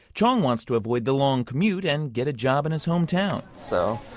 chiong wants to avoid the long commute and get a job in his hometown so